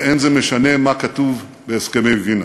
ואין זה משנה מה כתוב בהסכם וינה.